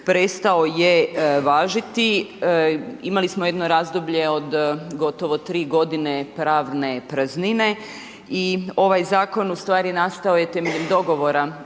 prestao je važiti. Imali smo jedno razdoblje od gotovo 3 godine pravne praznine i ovaj zakon ustvari nastao je temeljem dogovora